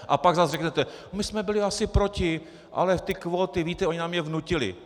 A pak zas řeknete: My jsme byli asi proti, ale ty kvóty, víte, oni nám je vnutili.